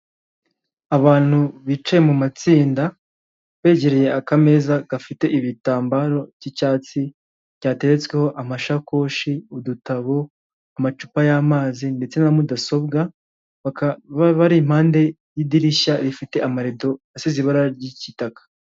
Abantu bicaye mu matsinda begereye akameza gafite ibitambaro by'icyatsi byateretsweho amashakoshi, udutabo, amacupa y'amazi ndetse na mudasobwa bari impande y'idirishya rifite amarido asize ibara ry'igitaka.